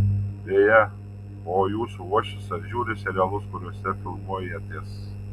beje o jūsų uošvis ar žiūri serialus kuriose filmuojatės